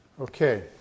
Okay